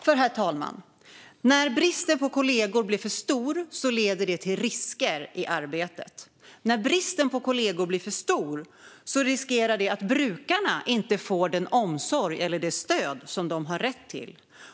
För, herr talman, när bristen på kollegor blir för stor leder det till risker i arbetet. När bristen på kollegor blir för stor riskerar det att leda till att brukarna inte får den omsorg eller det stöd som de har rätt till.